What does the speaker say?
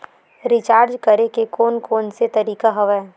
Recharge करे के कोन कोन से तरीका हवय?